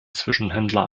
zwischenhändler